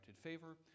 favor